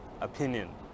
opinion